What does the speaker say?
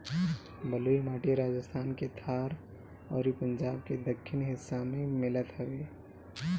बलुई माटी राजस्थान के थार अउरी पंजाब के दक्खिन हिस्सा में मिलत हवे